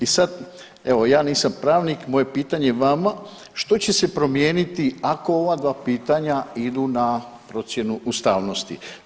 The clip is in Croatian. I sada, evo ja nisam pravnik moje pitanje je vama, što će se promijeniti ako ova dva pitanja idu na procjenu ustavnosti?